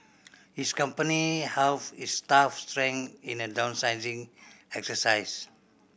his company halved its staff strength in a downsizing exercise